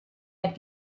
had